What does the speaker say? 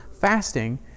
fasting